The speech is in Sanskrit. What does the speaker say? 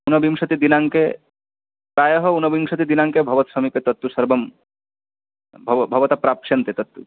ऊनविंशतिदिनाङ्के प्रायः ऊनविंशतिदिनाङ्के भवत्समीपे तत्तु सर्वं भव भवता प्राप्यते तत्